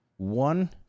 one